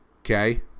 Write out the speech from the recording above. Okay